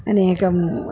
अनेकं